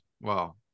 Wow